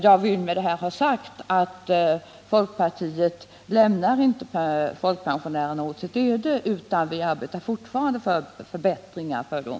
Jag vill med detta ha sagt att folkpartiet inte lämnar folkpensionärerna åt sitt öde utan att vi fortfarande arbetar för att åstadkomma förbättringar för dem.